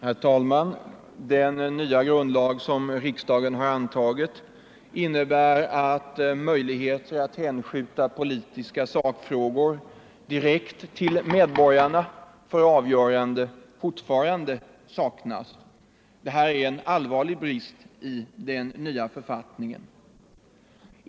Herr talman! Den nya grundlag som riksdagen har antagit innebär att möjligheter att hänskjuta politiska sakfrågor direkt till medborgarna för avgörande fortfarande saknas. Detta är en allvarlig brist i den nya författningen.